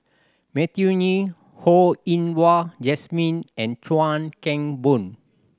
Matthew Ngui Ho Yen Wah Jesmine and Chuan Keng Boon